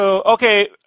okay